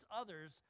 others